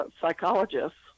psychologists